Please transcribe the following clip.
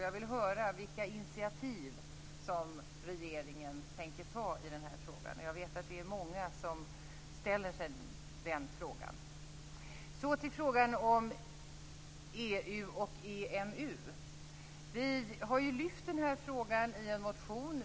Jag vill höra vilka initiativ regeringen tänker ta i den här frågan. Jag vet att många ställer sig den frågan. Så till frågan om EU och EMU. Vi har ju lyft fram den här frågan i en motion.